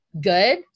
good